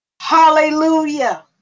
Hallelujah